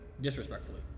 disrespectfully